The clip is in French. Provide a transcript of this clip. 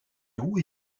roues